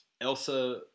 Elsa